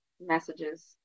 messages